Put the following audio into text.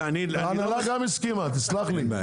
ההנהלה גם הסכימה, תסלח לי.